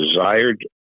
desired